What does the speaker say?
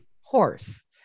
horse